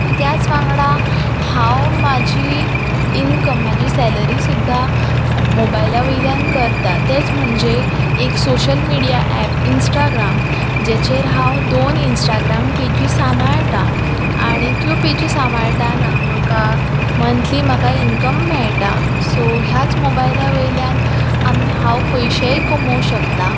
त्याच वांगडा हांव म्हाजी इनकम म्हाजी सॅलरी सुद्दां मोबायल्या वयल्यान करतां तेंच म्हणजे एक सोशल मिडिया ऍप इंस्टाग्राम जेचेर हांव दोन इंस्टाग्राम पेजी सांबाळटां आनी त्यो पेजी सांबाळटाना म्हाका मंतली म्हाका इनकम मेळटा सो ह्याच मोबायल्या वयल्यान हांव पयशें कमोव शकता